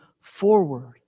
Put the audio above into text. forward